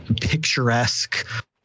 picturesque